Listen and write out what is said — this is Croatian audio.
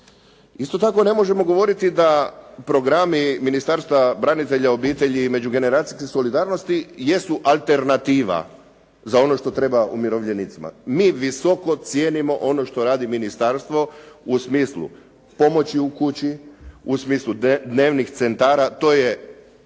Isto tako ne možemo govoriti da programi Ministarstva branitelja, obitelji i međugeneracijske solidarnosti jesu alternativa za ono što treba umirovljenicima. Mi visoko cijenimo ono što radi ministarstvo u smislu pomoći u kući, u smislu dnevnih centara. To je